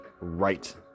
right